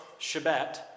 Shabbat